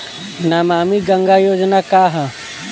नमामि गंगा योजना का ह?